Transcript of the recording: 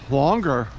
longer